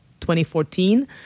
2014